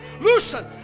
loosen